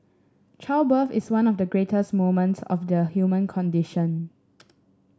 childbirth is one of the greatest moments of the human condition